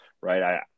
right